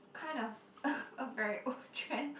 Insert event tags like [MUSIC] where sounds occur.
kind of a [LAUGHS] a very old trend